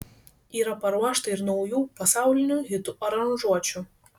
yra paruošta ir naujų pasaulinių hitų aranžuočių